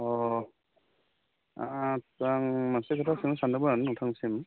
अ आच्चा आं मोनसे खोथा सोंनो सानदोंमोन नोंथांनिसिम